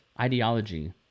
ideology